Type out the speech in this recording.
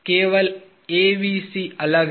केवल ABC अलग है